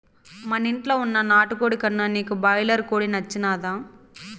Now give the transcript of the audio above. మనింట్ల వున్న నాటుకోడి కన్నా నీకు బాయిలర్ కోడి నచ్చినాదా